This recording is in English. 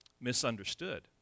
misunderstood